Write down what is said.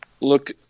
Look